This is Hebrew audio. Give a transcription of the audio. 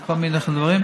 לכל מיני דברים,